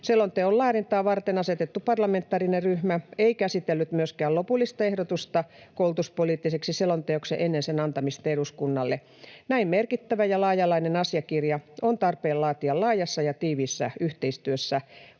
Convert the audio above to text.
Selonteon laadintaa varten asetettu parlamentaarinen ryhmä ei käsitellyt myöskään lopullista ehdotusta koulutuspoliittiseksi selonteoksi ennen sen antamista eduskunnalle. Näin merkittävä ja laaja-alainen asiakirja on tarpeen laatia laajassa ja tiiviissä yhteistyössä koulutuksen